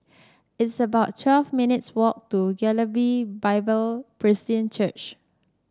it's about twelve minutes' walk to Galilee Bible Presbyterian Church